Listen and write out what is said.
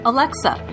Alexa